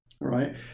right